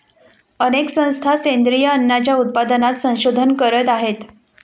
अनेक संस्था सेंद्रिय अन्नाच्या उत्पादनात संशोधन करत आहेत